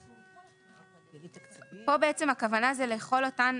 פה הכוונה לכל אותן